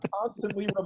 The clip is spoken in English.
constantly